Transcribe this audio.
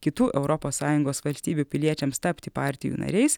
kitų europos sąjungos valstybių piliečiams tapti partijų nariais